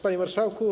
Panie Marszałku!